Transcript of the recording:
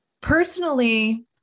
personally